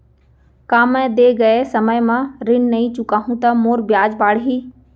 का मैं दे गए समय म ऋण नई चुकाहूँ त मोर ब्याज बाड़ही?